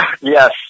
Yes